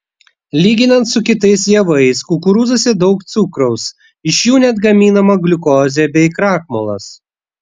lyginant su kitais javais kukurūzuose daug cukraus iš jų net gaminama gliukozė bei krakmolas